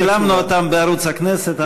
כרגע צילמנו אותם בערוץ הכנסת,